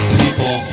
people